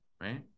right